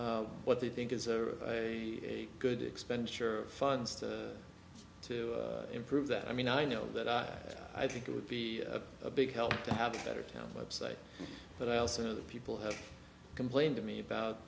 what they think is a a good expenditure of funds to to improve that i mean i know that i i think it would be a big help to have a better town website but i also know that people have complained to me